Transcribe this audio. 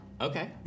Okay